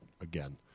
again